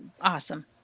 awesome